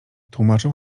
tłumaczą